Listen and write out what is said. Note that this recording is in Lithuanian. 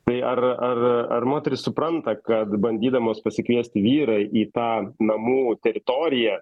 tai ar ar ar moterys supranta kad bandydamos pasikviesti vyrą į tą namų teritoriją